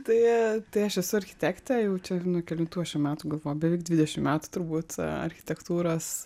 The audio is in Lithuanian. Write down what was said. tai tai aš esu architektė jau čia nuo kelintų aš čia metų galvoju beveik dvidešimt metų turbūt architektūros